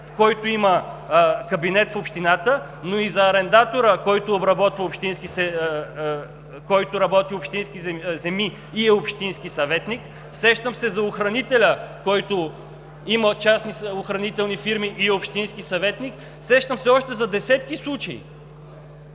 който има кабинет в общината, но и за арендатора, който работи общински земи, и е общински съветник. Сещам се за охранителя, който има частни охранителни фирми, и е общински съветник. Сещам се още за десетки случаи.